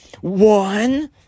One